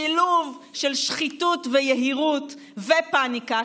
שילוב של שחיתות ויהירות ופניקה.